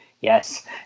yes